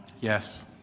Yes